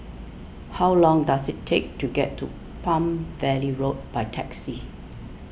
how long does it take to get to Palm Valley Road by taxi